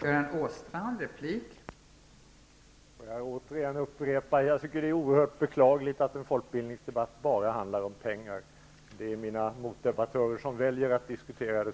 Fru talman! Jag måste upprepa att jag tycker att det är oerhört beklagligt att en folkbildningsdebatt bara handlar om pengar. Det är ju mina motdebattörer som väljer att bara diskutera det.